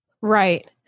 Right